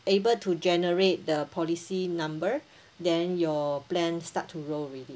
able to generate the policy number then your plan start to roll already